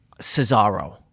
Cesaro